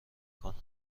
کنه